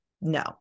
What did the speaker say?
no